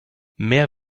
mehr